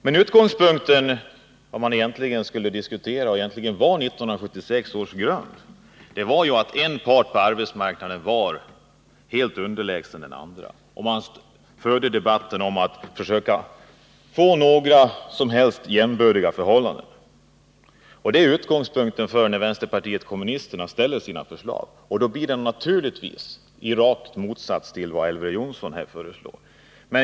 Men anledningen till lagen 1976 — och det är det vi egentligen borde diskutera — var att den ena parten på arbetsmarknaden var helt underlägsen Nr 40 den andra. Utgångspunkten var en debatt om hur man skulle få till stånd mera jämbördiga förhållanden. Det är också utgångspunkten för vänsterpartiet kommunisternas förslag. Därför går de också stick i stäv med vad Elver Jonsson föreslår.